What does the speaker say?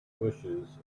wishes